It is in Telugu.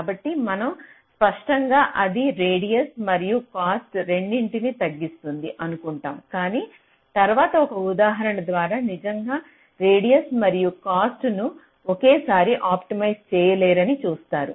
కాబట్టి మనం స్పష్టంగా అది రేడియస్ మరియు కాస్ట్ రెండింటినీ తగ్గిస్తుంది అనుకుంటాం కాని తరువాత ఒక ఉదాహరణ ద్వారా నిజంగా రేడియస్ మరియు కాస్ట్ను ఒకేసారి ఆప్టిమైజ్ చేయలేరని చూస్తారు